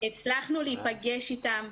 הצלחנו להיפגש אתם,